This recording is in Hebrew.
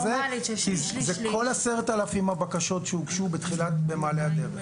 וכל 10,000 הבקשות שהוגשו בתחילת מעלה הדרך.